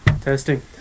testing